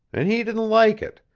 and he didn't like it,